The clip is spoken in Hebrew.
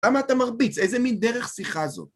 למה אתה מרביץ? איזה מין דרך שיחה זו?